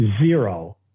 zero